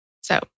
So-